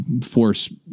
force